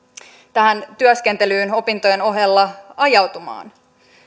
tähän työskentelyyn opintojen ohella